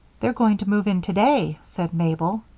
they're going to move in today, said mabel.